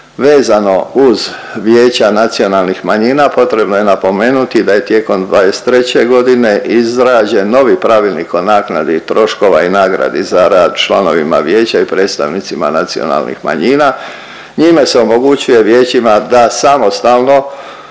vezano uz vijeća nacionalnih manjina, potrebno je napomenuti da je tijekom '23. g. izrađen novi Pravilnik o naknadi i nagradi za rad članovima vijeća i predstavnicima nacionalnih manjina. Njima se omogućuje vijećima da samostalno